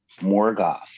morgoth